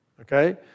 Okay